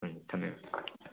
ꯎꯝ ꯊꯝꯃꯦ ꯃꯦꯝ